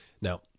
Now